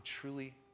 truly